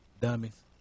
dummies